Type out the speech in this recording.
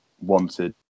wanted